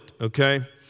okay